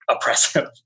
oppressive